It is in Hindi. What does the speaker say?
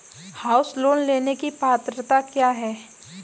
हाउस लोंन लेने की पात्रता क्या है?